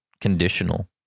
conditional